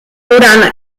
wurde